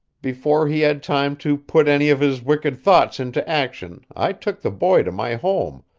before he had time to put any of his wicked thoughts into action i took the boy to my home,